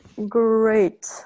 great